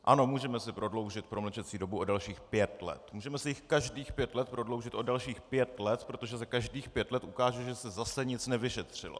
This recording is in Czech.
Ano, můžeme si prodloužit promlčecí dobu o dalších pět let, můžeme si ji každých pět let prodloužit o dalších pět let, protože se každých pět let ukáže, že se zase nic nevyšetřilo.